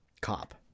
cop